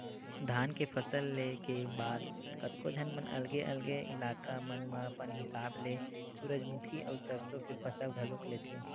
धान के फसल ले के बाद कतको झन मन अलगे अलगे इलाका मन म अपन हिसाब ले सूरजमुखी अउ सरसो के फसल घलोक लेथे